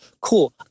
cool